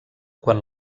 quan